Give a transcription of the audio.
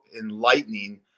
enlightening